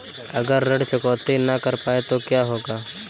अगर ऋण चुकौती न कर पाए तो क्या होगा?